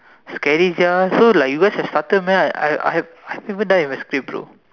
scary sia so like you guys have started meh I I have I have I haven't even done with my script bro